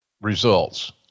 results